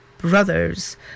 Brothers